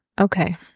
Okay